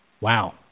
Wow